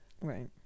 Right